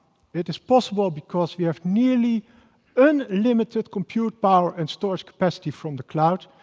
it is possible because we have nearly unlimited compute power and storage capacity from the cloud.